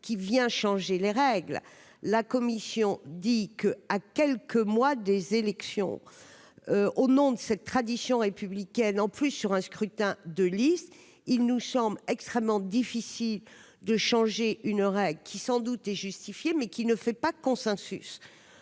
qui vient changer les règles, la commission dit que, à quelques mois des élections au nom de cette tradition républicaine en plus sur un scrutin de listes il nous sommes extrêmement difficile de changer une règle qui sans doute est justifié mais qui ne fait pas consensus,